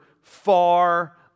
far